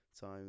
time